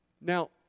Now